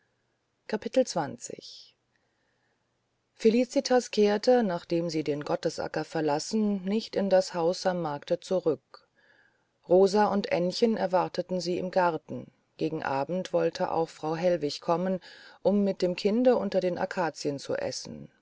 felicitas kehrte nachdem sie den gottesacker verlassen nicht in das haus am markte zurück rosa und aennchen erwarteten sie im garten gegen abend wollte auch frau hellwig kommen um mit dem kinde unter den akazien zu essen